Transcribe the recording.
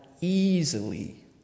easily